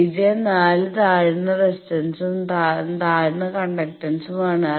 region നാല് താഴ്ന്ന റെസിസ്റ്റൻസും താഴ്ന്ന കണ്ടക്റ്റൻസുമാണ്